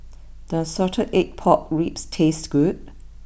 does Salted Egg Pork Ribs taste good